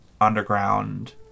underground